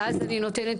ואז אני נותנת,